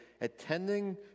attending